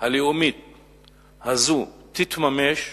הלאומית הזאת, תתממש,